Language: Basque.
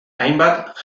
hainbat